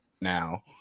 now